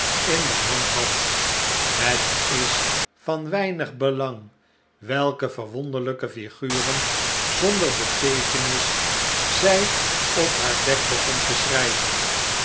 in de hand had het is van weinig belang welke verwonderlijke figuren zonder beteekenis zij op haar dek begon te schrijven